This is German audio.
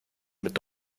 mit